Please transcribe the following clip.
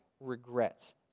regrets